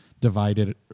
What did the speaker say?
divided